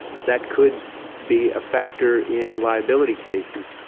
that could be a factor in liability cases.